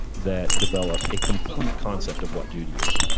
that develop a complete concept of what duty is,